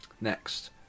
Next